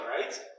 right